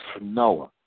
Noah